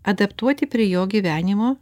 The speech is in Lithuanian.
adaptuoti prie jo gyvenimo